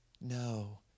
no